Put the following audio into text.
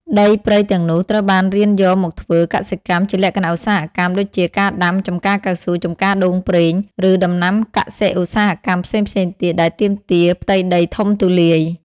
ដីព្រៃទាំងនោះត្រូវបានរានយកមកធ្វើ កសិកម្ម ជាលក្ខណៈឧស្សាហកម្ម ដូចជាការដាំ ចម្ការកៅស៊ូ ចម្ការដូងប្រេង ឬដំណាំកសិឧស្សាហកម្មផ្សេងៗទៀត ដែលទាមទារផ្ទៃដីធំទូលាយ។